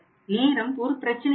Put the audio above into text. நேரம் ஒரு பிரச்சினையாகும்